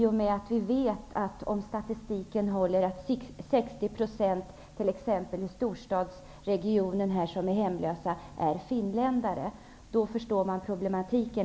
Om statistiken håller, är t.ex. 60 % av de hemlösa i den här storstadsregionen finländare. Mot den bakgrunden blir det litet lättare att förstå problematiken.